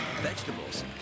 vegetables